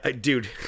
Dude